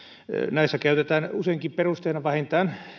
näissä käytetään useinkin perusteena vähintään